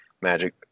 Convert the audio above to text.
magic